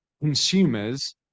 consumers